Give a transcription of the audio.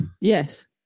Yes